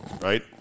right